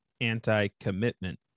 anti-commitment